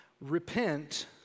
repent